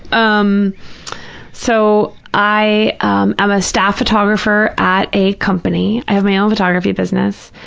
um so, i um am a staff photographer at a company. i have my own photography business.